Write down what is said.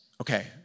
Okay